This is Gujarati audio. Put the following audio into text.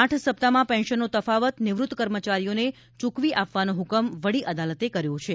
આઠ સપ્તાહમાં પેન્શનનો તફાવત નિવૃત્ત કર્મચારીઓને ચુકવી આપવાનો હુકમ વડી અદાલતે કર્યો છે